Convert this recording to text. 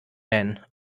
man